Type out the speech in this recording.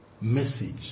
message